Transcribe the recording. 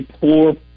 poor